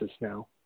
now